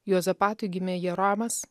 juozapatui gimė joramas